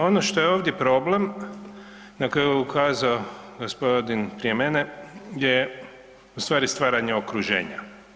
Ono što je ovdje problem na koje je ukazao gospodin prije mene je ustvari stvaranje okruženja.